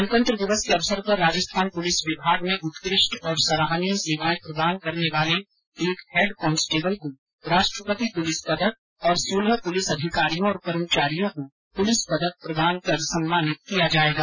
गणतन्त्र दिवस के अवसर पर राजस्थान पुलिस विभाग में उत्कृष्ट और सराहनीय सेवाएं प्रदान करने वाले एक हैड कांस्टेबल को राष्ट्रपति पुलिस पदक और सोलह पुलिस अधिकारियों और कर्मचारियों को पुलिस पदक प्रदान कर सम्मानित किया जाएगा